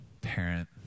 parent